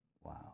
wow